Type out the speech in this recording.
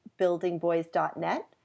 buildingboys.net